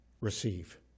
receive